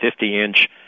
50-inch